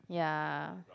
ya